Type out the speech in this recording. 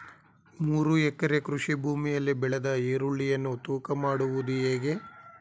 ಮೂರು ಎಕರೆ ಕೃಷಿ ಭೂಮಿಯಲ್ಲಿ ಬೆಳೆದ ಈರುಳ್ಳಿಯನ್ನು ತೂಕ ಮಾಡುವುದು ಹೇಗೆ?